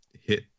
hit